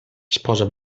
sposa